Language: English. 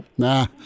Nah